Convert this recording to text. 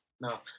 No